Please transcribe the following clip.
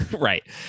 right